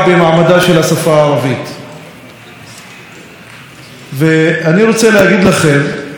אני רוצה להגיד לכם שאת השבועות הראשונים מאז פתיחת